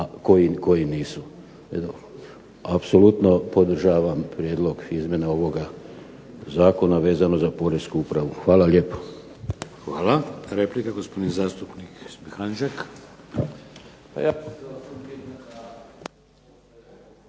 koji nisu. Apsolutno podržavam Prijedlog izmjene ovog Zakona vezano za Poresku upravu. Hvala lijepo. **Šeks, Vladimir (HDZ)** Hvala. Replika gospodin zastupnik gospodin